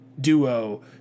duo